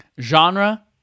Genre